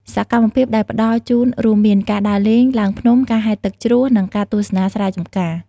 សកម្មភាពដែលផ្តល់ជូនរួមមាន ការដើរលេង ឡើងភ្នំ ការហែលទឹកជ្រោះ និងការទស្សនាស្រែចម្ការ។